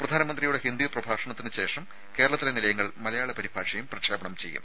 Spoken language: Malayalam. പ്രധാനമന്ത്രിയുടെ ഹിന്ദി പ്രഭാഷണത്തിന് ശേഷം കേരളത്തിലെ നിലയങ്ങൾ മലയാള പരിഭാഷയും പ്രക്ഷേപണം ചെയ്യും